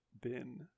bin